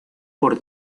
por